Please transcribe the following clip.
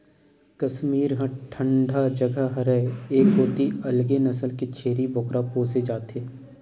कस्मीर ह बिकट ठंडा जघा हरय ए कोती अलगे नसल के छेरी बोकरा पोसे जाथे